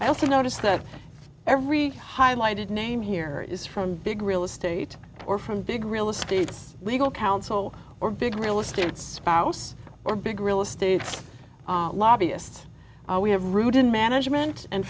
i also notice that every highlighted name here is from big real estate or from big real estate legal counsel or big real estate spouse or big real estate lobbyist we have rudin management and